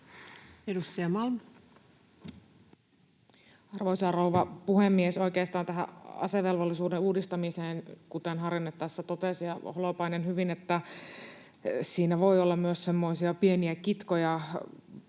Edustaja Malm. Arvoisa rouva puhemies! Oikeastaan tähän asevelvollisuuden uudistamiseen: Kuten Harjanne ja Holopainen tässä totesivat hyvin, niin siinä voi olla myös semmoisia pieniä kitkoja ja